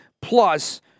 Plus